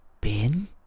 bin